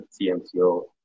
CMCO